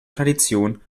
tradition